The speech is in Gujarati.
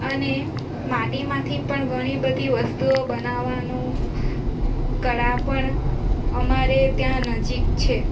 અને માટીમાંથી પણ ઘણી બધી વસ્તુઓ બનાવવાનું કળા પણ અમારે ત્યાં નજીક છે